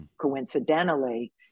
coincidentally